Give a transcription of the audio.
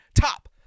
Top